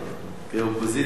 כאופוזיציה לוחמת.